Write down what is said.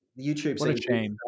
YouTube